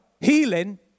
healing